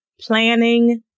planning